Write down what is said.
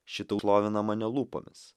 šitų šlovina mane lūpomis